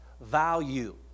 value